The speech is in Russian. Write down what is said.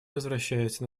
возвращается